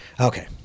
Okay